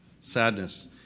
Sadness